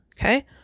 Okay